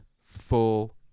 full